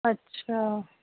अच्छा